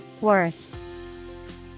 Worth